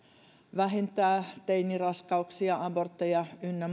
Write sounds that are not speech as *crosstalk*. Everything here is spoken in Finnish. vähentää teiniraskauksia abortteja sukupuolitauteja ynnä *unintelligible*